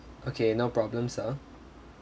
okay no problem sir